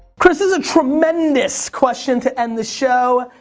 chris has a tremendous question to end the show.